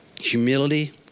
Humility